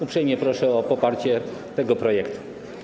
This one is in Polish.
Uprzejmie proszę o poparcie tego projektu.